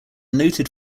noted